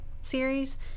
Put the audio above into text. series